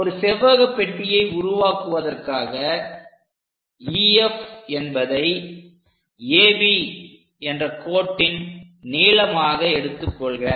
ஒரு செவ்வக பெட்டியை உருவாக்குவதற்காக EF என்பதை AB என்ற கோட்டின் நீளமாக எடுத்துக் கொள்க